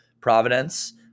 Providence